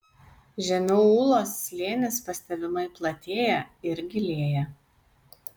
žemiau ūlos slėnis pastebimai platėja ir gilėja